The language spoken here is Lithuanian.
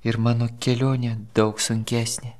ir mano kelionė daug sunkesnė